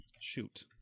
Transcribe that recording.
shoot